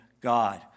God